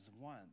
one